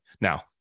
Now